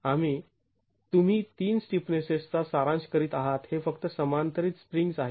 आणि तुम्ही ३ स्टिफनेसेसचा सारांश करीत आहात हे फक्त समांतरीत स्प्रिंग्ज् आहेत